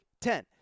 Ten